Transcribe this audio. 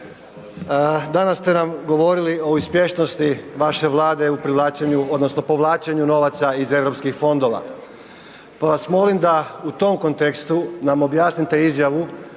danas ste nam govorili o uspješnosti vaše Vlade u privlačenju odnosno povlačenju novaca iz Europskih fondova, pa vas molim da u tom kontekstu nam objasnite izjavu